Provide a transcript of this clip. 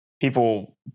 people